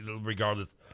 regardless